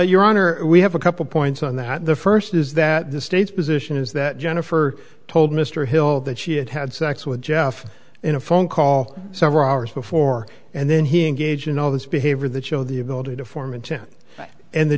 your honor we have a couple points on that the first is that the state's position is that jennifer told mr hill that she had had sex with jeff in a phone call several hours before and then he engaged in all this behavior that you know the ability to form intent and the